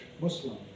Muslim